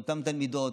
לאותן תלמידות,